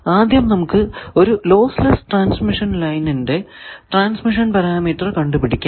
ആദ്യം നമുക്ക് ഒരു ലോസ് ലെസ്സ് ട്രാൻസ്മിഷൻ ലൈനിന്റെ ട്രാൻസ്മിഷൻ പാരാമീറ്റർ കണ്ടു പിടിക്കാം